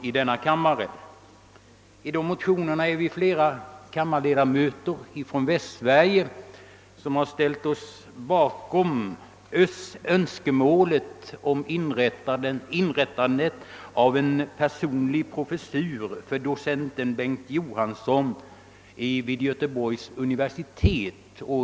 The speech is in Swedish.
I dessa motioner har flera kammarledamöter från Västsverige ställt sig bakom önskemålet om inrättande av en personlig professur i ämnet plastikkirurgi för docenten Bengt Johansson vid Göteborgs universitet.